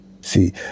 See